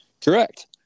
Correct